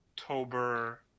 October